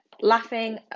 laughing